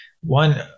One